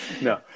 No